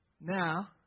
Now